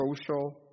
social